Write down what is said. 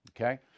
Okay